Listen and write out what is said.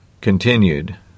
continued